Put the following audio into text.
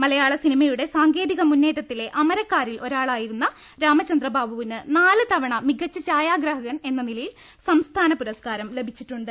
മലയാള സിനിമയുടെ സാങ്കേതിക മുന്നേറ്റത്തിലെ അമരക്കാരിൽ ഒരാളായിരുന്ന രാമചന്ദ്രബാബുവിന് നാലു തവണ മികച്ച ഛായാഗ്രാഹകൻ എന്ന നിലയിൽ സംസ്ഥാന പുരസ്കാരം ലഭിച്ചിട്ടുണ്ട്